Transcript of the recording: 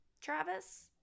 Travis